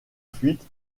fuite